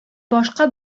башка